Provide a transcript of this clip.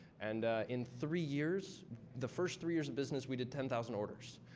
and in three years the first three years of business, we did ten thousand orders.